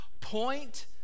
Point